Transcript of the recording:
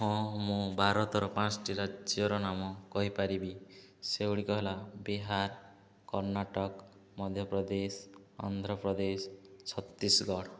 ହଁ ମୁଁ ଭାରତର ପାଞ୍ଚଟି ରାଜ୍ୟର ନାମ କହିପାରିବି ସେଗୁଡ଼ିକ ହେଲା ବିହାର କର୍ଣ୍ଣାଟକ ମଧ୍ୟପ୍ରଦେଶ ଅନ୍ଧ୍ରପ୍ରଦେଶ ଛତିଶଗଡ଼